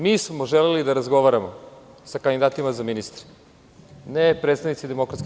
Mi smo želeli da razgovaramo sa kandidatima za ministre, ne predstavnici DS.